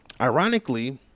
ironically